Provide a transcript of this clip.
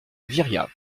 viriat